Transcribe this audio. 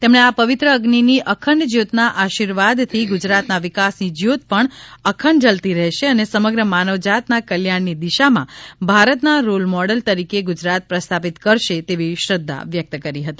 તેમણે આ પવિત્ર અઝ્નિ ની અખંડ જયોતના આશીર્વાદથી ગુજરાતના વિકાસની જયોત પણ અખંડ જલતી રહેશે અને સમગ્ર માનવજાતના કલ્યાણની દિશામાં ભારતના રોલ મોડલ તરીકે ગુજરાત પ્રસ્થાપિત કરશે તેવી શ્રધ્ધા વ્યકત કરી હતી